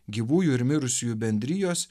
gyvųjų ir mirusiųjų bendrijos